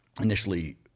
initially